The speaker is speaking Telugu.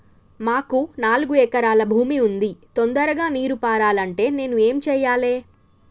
మాకు నాలుగు ఎకరాల భూమి ఉంది, తొందరగా నీరు పారాలంటే నేను ఏం చెయ్యాలే?